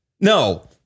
No